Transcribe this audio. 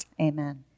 Amen